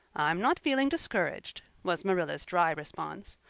i'm not feeling discouraged, was marilla's dry response,